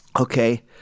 Okay